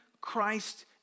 Christ